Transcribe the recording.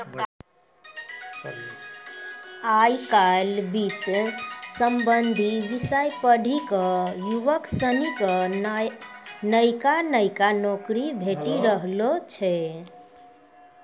आय काइल वित्त संबंधी विषय पढ़ी क युवक सनी क नयका नयका नौकरी भेटी रहलो छै